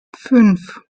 fünf